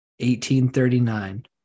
1839